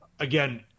Again